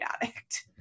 addict